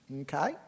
okay